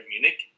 Munich